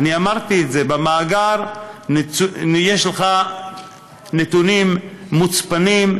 אמרתי את זה: במאגר יש לך נתונים מוצפנים,